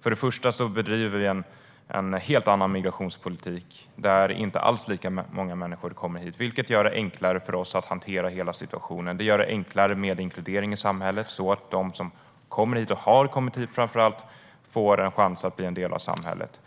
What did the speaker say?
Först och främst bedriver vi en helt annan migrationspolitik. Inte alls lika många människor kommer hit, vilket gör det enklare för oss att hantera hela situationen. Det gör det enklare med inkludering i samhället så att de som kommer hit, och framför allt har kommit hit, får en chans att bli en del av samhället.